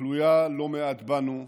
תלויה לא מעט בנו,